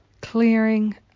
Clearing